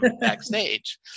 backstage